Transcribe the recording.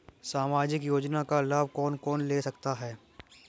सामाजिक योजना का लाभ कौन कौन ले सकता है?